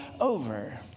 over